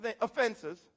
offenses